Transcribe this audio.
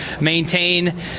maintain